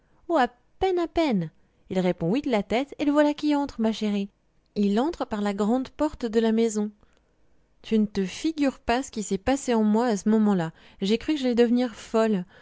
à peine à peine il répond oui de la tête et le voilà qui entre ma chérie il entre par la grande porte de la maison tu ne te figures pas ce qui s'est passé en moi à ce moment-là j'ai cru que j'allais devenir folle